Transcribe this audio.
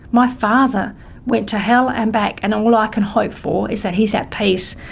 my father went to hell and back, and all i can hope for is that he's at peace,